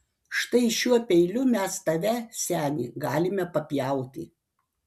štai šiuo peiliu mes tave seni galime papjauti